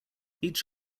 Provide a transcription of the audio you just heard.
each